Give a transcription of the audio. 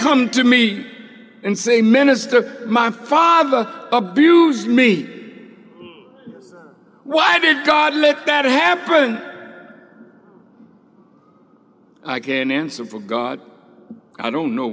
come to me and say minister my father abused me why did god let that happen i can answer for god i don't know